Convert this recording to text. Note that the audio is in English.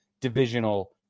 divisional